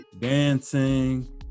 Dancing